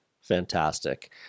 Fantastic